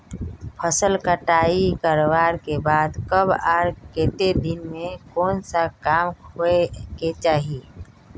फसल कटाई करला के बाद कब आर केते दिन में कोन सा काम होय के चाहिए?